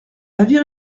avis